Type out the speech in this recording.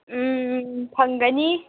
ꯎꯝ ꯐꯪꯒꯅꯤ